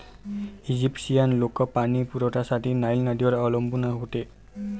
Egyptian लोक पाणी पुरवठ्यासाठी नाईल नदीवर अवलंबून होते